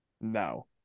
no